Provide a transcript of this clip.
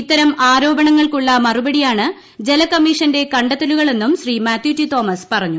ഇത്തരം ആരോപണങ്ങൾക്കുള്ള മറുപടിയാണ് ജലകമ്മിഷന്റെ കണ്ടെത്തലുകളെന്നും ശ്രീ മാത്യു ടി തോമസ് പറഞ്ഞു